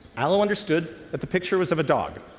allo understood that the picture was of a dog,